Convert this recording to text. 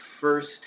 first